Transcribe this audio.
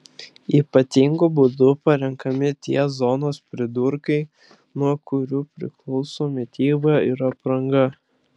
ypatingu būdu parenkami tie zonos pridurkai nuo kurių priklauso mityba ir apranga